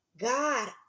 god